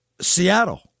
Seattle